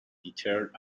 deterred